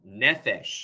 nefesh